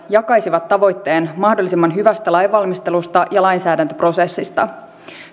jakaisivat tavoitteen mahdollisimman hyvästä lainvalmistelusta ja lainsäädäntöprosessista